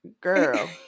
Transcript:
girl